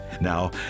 Now